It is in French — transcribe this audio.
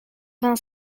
vingt